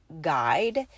guide